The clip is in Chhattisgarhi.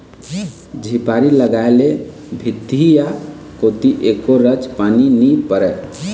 झिपारी लगाय ले भीतिया कोती एको रच पानी नी परय